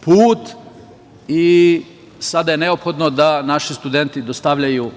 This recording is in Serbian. put i sada je neophodno da naši studenti dostavljaju